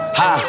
ha